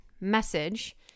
message